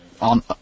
on